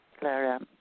Clara